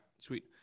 sweet